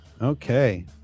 okay